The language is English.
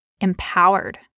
empowered